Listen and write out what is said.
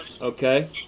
Okay